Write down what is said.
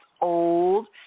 old